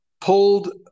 pulled